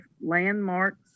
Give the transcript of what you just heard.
landmarks